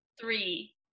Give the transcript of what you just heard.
three